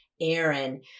Aaron